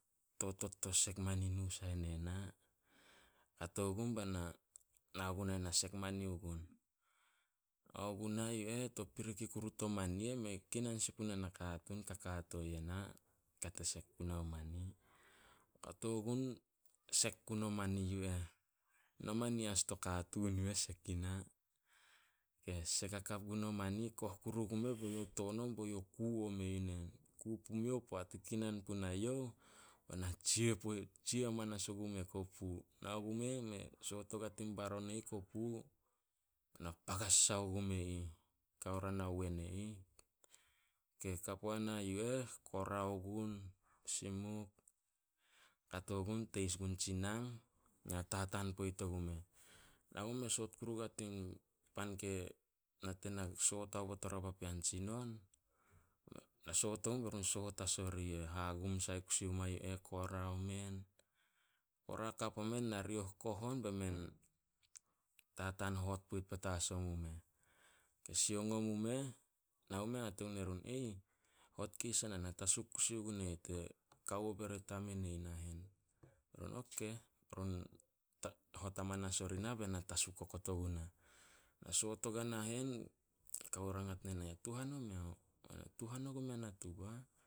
Totot to sek mani nu sai ne na. Kato gun bai na, nao gunah na sek mani ogun. Nao guna yu eh to piriki kuru to mani eh, mei kinan sin puna nakatuun kakato yena, kate sek puna o mani. Kato gun, sek gun o mani yu eh. Na mani as to katuun yu eh sek i na. Sek hakap gun o mani, koh kuru puna be youh toon on be youh ku ome yu nen. Poat i kinan punai youh be na tsia hamanas ogume kopu. Nao gume, me soot ogua tin baron e ih kopu, pagas sai ogume ih, kao ria nawen e ih. Ka puana yu eh, kora o gun, simuk. Kato gun teis gun tsi nang, na tataan poit ogumeh. Soot kuru ogua tin pan ke nate na soot aobot oria o papean tsinon, na soot ogun, be run soot as orih yu eh. Hagum sai kusi oma yu eh, kora omen. Kora hakap omen, narioh koh on tataan hot poit petas omu meh. Sioung omumeh, nao meh hate gun erun, "Hot keis a nah, ne tasu kusi ogun e ih te kawo bere tamen e ih nahen." Run hot amanas ori nah be na tasu okot ogunah. Soot oguai nahen, kawo rangat ne na, "Ya tuhan omeo?" "Tuhan ogumea natu bah."